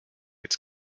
its